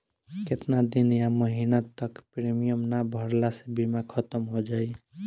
केतना दिन या महीना तक प्रीमियम ना भरला से बीमा ख़तम हो जायी?